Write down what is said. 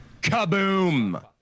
Kaboom